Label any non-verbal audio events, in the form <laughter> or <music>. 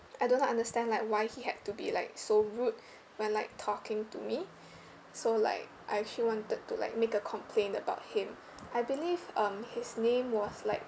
I don't understand like why he had to be like so rude <breath> when like talking to me <breath> so like I actually wanted to like make a complain about him I believe um his name was like